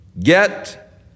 Get